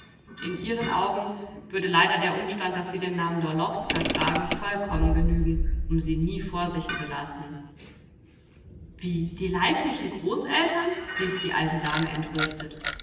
in ihren augen würde leider der umstand daß sie den namen d'orlowska tragen vollkommen genügen um sie nie vor sich zu lassen wie die leiblichen großeltern rief die alte dame entrüstet